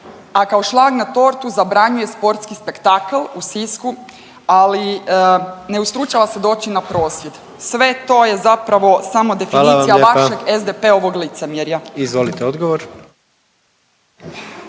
a kao šlag na tortu zabranjuje sportski spektakl u Sisku, ali ne ustručava se doći na prosvjed. Sve to je zapravo samo definicija …/Upadica predsjednik: Hvala vam